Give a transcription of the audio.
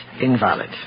invalid